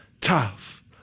tough